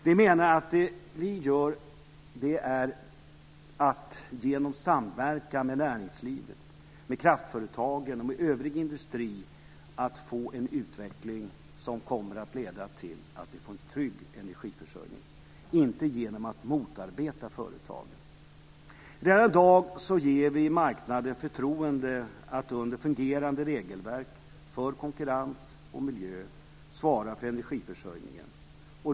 Vi menar att vi genom att samverka med näringslivet, med kraftföretagen och med övrig industri får en utveckling som kommer att leda till att vi får en trygg energiförsörjning. Det får vi inte genom att motverka företagen. Denna dag ger vi marknaden förtroende att under fungerande regelverk, för konkurrens och miljö, svara för energiförsörjningen.